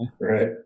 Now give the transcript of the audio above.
right